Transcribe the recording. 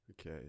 Okay